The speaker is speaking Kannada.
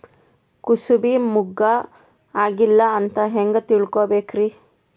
ಕೂಸಬಿ ಮುಗ್ಗ ಆಗಿಲ್ಲಾ ಅಂತ ಹೆಂಗ್ ತಿಳಕೋಬೇಕ್ರಿ?